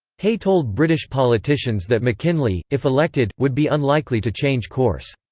hay told british politicians that mckinley, if elected, would be unlikely to change course.